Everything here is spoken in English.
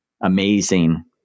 amazing